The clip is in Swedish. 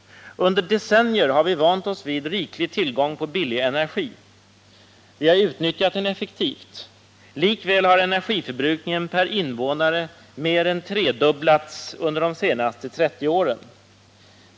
Under decennier har vi vant oss vid riklig tillgång på billig energi. Vi har utnyttjat den effektivt. Likväl har energiförbrukningen per invånare mer än tredubblats under de senaste 30 åren.